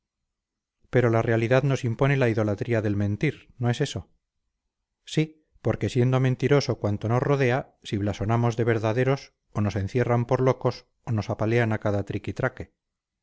pero pero la realidad nos impone la idolatría del mentir no es eso sí porque siendo mentiroso cuanto nos rodea si blasonamos de verdaderos o nos encierran por locos o nos apalean a cada triquitraque